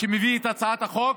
שמביא את הצעת החוק,